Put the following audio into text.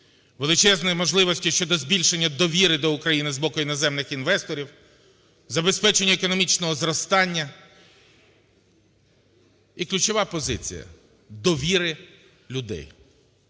величезної можливості щодо збільшення довіри до України з боку іноземних інвесторів, забезпечення економічного зростання і ключова позиція – довіри людей.